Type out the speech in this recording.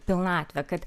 pilnatvę kad